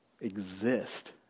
exist